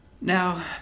Now